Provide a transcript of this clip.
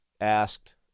asked –